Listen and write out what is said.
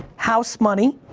house money.